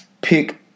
pick